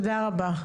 תודה רבה.